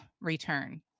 return